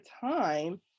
time